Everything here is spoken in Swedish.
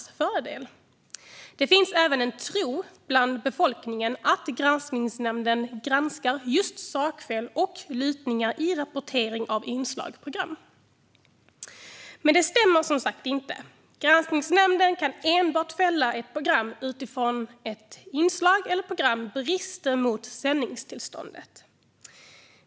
Det finns även en tro bland befolkningen att granskningsnämnden granskar just sakfel och lutningar i rapportering i inslag eller program. Men detta stämmer som sagt inte. Granskningsnämnden kan enbart fälla ett inslag eller program som bryter mot sändningstillståndet.